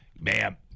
Ma'am